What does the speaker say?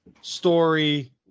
Story